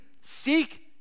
Seek